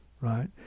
right